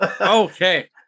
okay